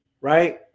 right